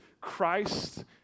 Christ